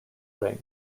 ring